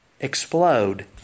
explode